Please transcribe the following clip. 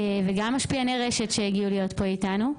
וגם משפיעני רשת שהגיעו להיות פה אתנו.